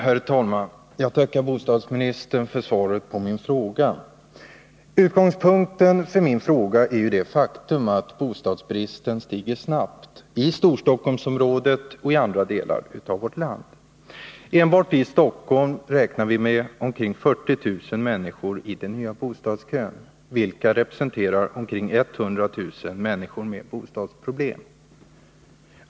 Herr talman! Jag tackar bostadsministern för svaret på min fråga. Utgångspunkten för min fråga är det faktum att bristen på bostäder snabbt förvärras i Storstockholmsområdet och i många andra delar av vårt land. Enbart i Stockholm finns det 40 000 människor i den nya bostadskön. Dessa representerar omkring 100 000 människor med bostadsproblem.